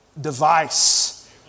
device